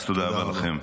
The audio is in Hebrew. תודה רבה לכם.